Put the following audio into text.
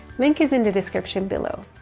link is in the description below.